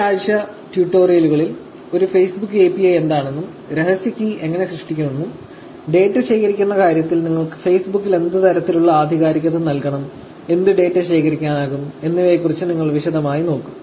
ഈ ആഴ്ച ട്യൂട്ടോറിയലുകളിൽ ഒരു ഫേസ്ബുക്ക് API എന്താണെന്നും രഹസ്യ കീ എങ്ങനെ സൃഷ്ടിക്കുമെന്നും ഡാറ്റ ശേഖരിക്കുന്ന കാര്യത്തിൽ നിങ്ങൾക്ക് Facebook ന് എന്ത് തരത്തിലുള്ള ആധികാരികത നൽകണം ഏത് ഡാറ്റ ശേഖരിക്കാനാകും എന്നിവയെക്കുറിച്ച് നിങ്ങൾ വിശദമായി നോക്കും